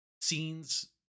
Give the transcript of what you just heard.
scenes